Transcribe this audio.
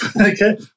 Okay